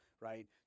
right